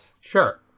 Sure